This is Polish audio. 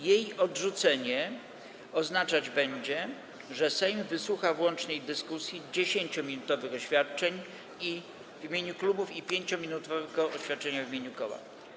Jej odrzucenie oznaczać będzie, że Sejm wysłucha w łącznej dyskusji 10-minutowych oświadczeń w imieniu klubów i 5-minutowego oświadczenia w imieniu koła.